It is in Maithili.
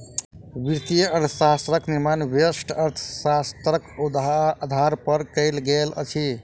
वित्तीय अर्थशास्त्रक निर्माण व्यष्टि अर्थशास्त्रक आधार पर कयल गेल अछि